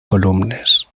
columnes